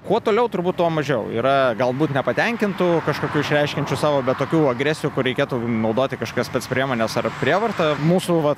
kuo toliau turbūt tuo mažiau yra galbūt nepatenkintų kažkokių išreiškiančių savo bet tokių agresijų kur reikėtų naudoti kažkokias spec priemones ar prievarta mūsų va